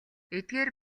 эдгээр